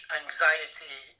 anxiety